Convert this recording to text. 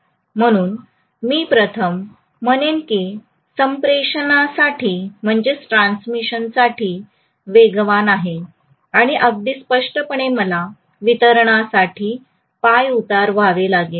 म्हणून प्रथम मी म्हणेन की संप्रेषणासाठी वेगवान आहे आणि अगदी स्पष्टपणे मला वितरणासाठी पायउतार व्हावे लागेल